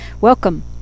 Welcome